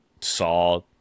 saw